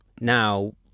now